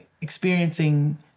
experiencing